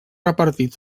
repartit